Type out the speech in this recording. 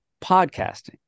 podcasting